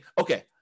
okay